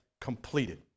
completed